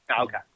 Okay